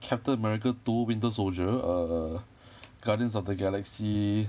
captain america two winter soldier err guardians of the galaxy